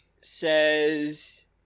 says